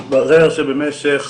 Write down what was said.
התברר שבמשך